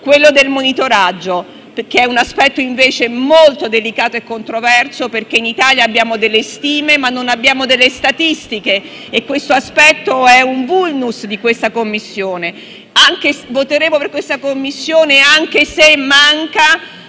il monitoraggio, che è un aspetto invece molto delicato e controverso, perché in Italia abbiamo delle stime, ma non delle statistiche, e questo aspetto è un *vulnus* della Commissione. Voteremo per la sua istituzione anche se manca,